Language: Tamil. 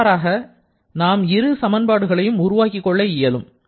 இவ்வாறாக நாம் இரு சமன்பாடுகளை உருவாக்கிக் கொள்ள இயலும்